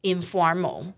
Informal